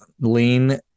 lean